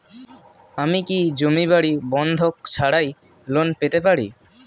আমি কি জমি বাড়ি বন্ধক ছাড়াই লোন পেতে পারি?